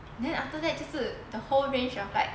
then after that 就是 the whole range of like